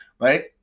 Right